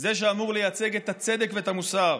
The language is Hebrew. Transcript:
זה שאמור לייצג את הצדק ואת המוסר,